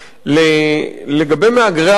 לגבי מהגרי עבודה,